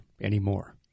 anymore